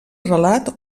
relat